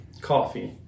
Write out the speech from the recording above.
coffee